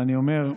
אני אומר,